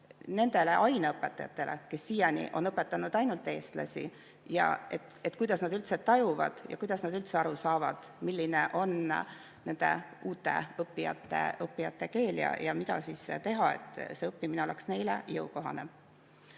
nendele aineõpetajatele, kes siiani on õpetanud ainult eestlasi. Kuidas nad üldse tajuvad ja kuidas nad üldse aru saavad, milline on nende uute õppijate keel ja mida teha, et see õppimine oleks neile jõukohane.